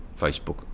facebook